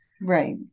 Right